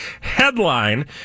Headline